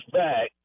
back